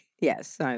Yes